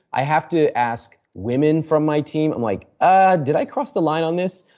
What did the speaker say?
i have to ask women from my team. and like ah did i cross the line on this?